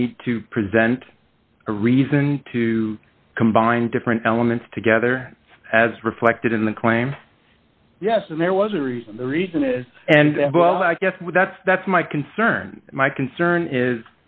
need to present a reason to combine different elements together as reflected in the claim yes and there was a reason the reason is and well i guess with that's that's my concern my concern is